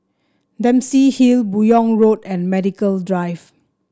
Dempsey Hill Buyong Road and Medical Drive